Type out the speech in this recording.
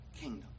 kingdom